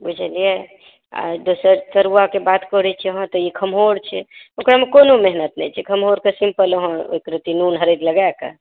बुझलियै आ दोसर तरुआके बात करै छी तऽ यहाँ तऽ ई खम्हाउर छै ओकरामे कोनो मेहनत नहि छै ई खम्हाउरके छै एक रत्ती नुन हरदि लगाकऽ